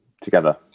together